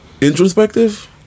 introspective